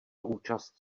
účast